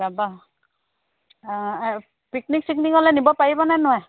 তাৰ পৰা পিকনিক চিকনিকলে নিব পাৰিবনে নোৱাৰে